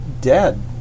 Dead